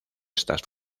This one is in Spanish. estas